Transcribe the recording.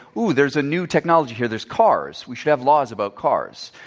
oh, there's a new technology here there's cars we should have laws about cars.